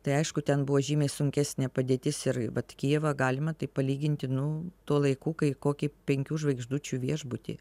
tai aišku ten buvo žymiai sunkesnė padėtis ir vat kijevą galima taip palyginti nu tuo laiku kaip kokį penkių žvaigždučių viešbutį